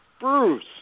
Bruce